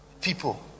People